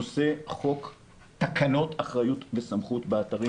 נושא תקנות אחריות וסמכות באתרים.